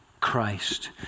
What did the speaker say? Christ